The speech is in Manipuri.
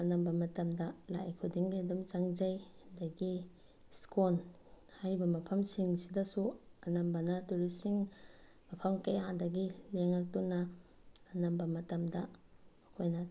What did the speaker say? ꯑꯅꯝꯕ ꯃꯇꯝꯗ ꯂꯥꯛꯏ ꯈꯨꯗꯤꯡꯒꯤ ꯑꯗꯨꯝ ꯆꯪꯖꯩ ꯑꯗꯒꯤ ꯏꯁꯀꯣꯟ ꯍꯥꯏꯔꯤꯕ ꯃꯐꯝꯁꯤꯡꯁꯤꯗꯁꯨ ꯑꯅꯝꯕꯅ ꯇꯨꯔꯤꯁꯁꯤꯡ ꯃꯐꯝ ꯀꯌꯥꯗꯒꯤ ꯂꯦꯡꯉꯛꯇꯨꯅ ꯑꯅꯝꯕ ꯃꯇꯝꯗ ꯃꯈꯣꯏꯅ